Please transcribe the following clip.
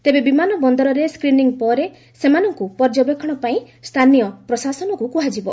ତେବେ ବିମାନ ବନ୍ଦରରେ ସ୍କ୍ରିନିଂ ପରେ ସେମାନଙ୍କୁ ପର୍ଯ୍ୟବେକ୍ଷଣ ପାଇଁ ସ୍ଥାନୀୟ ପ୍ରଶାସନକୁ କୁହାଯିବ